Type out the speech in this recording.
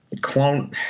clone